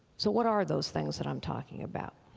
so what are those things that i'm talking about?